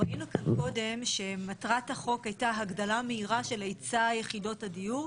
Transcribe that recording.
ראינו כאן קודם שמטרת החוק הייתה הגדלה מהירה של היצע יחידות הדיור.